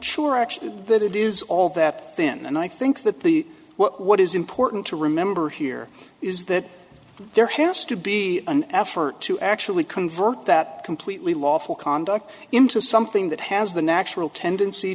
sure that it is all that thin and i think that the what is important to remember here is that there has to be an effort to actually convert that completely lawful conduct into something that has the natural tendency